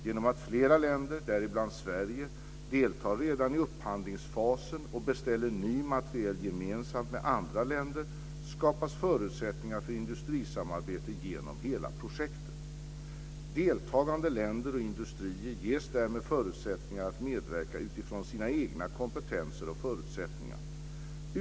Genom att flera länder, däribland Sverige, deltar redan i upphandlingsfasen och beställer ny materiel gemensamt med andra länder skapas förutsättningar för industrisamarbete genom hela projekt. Deltagande länder och industrier ges därmed förutsättningar att medverka utifrån sina egna kompetenser och förutsättningar.